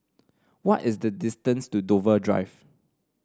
what is the distance to Dover Drive